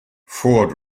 ford